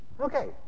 Okay